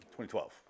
2012